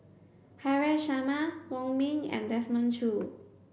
Haresh Sharma Wong Ming and Desmond Choo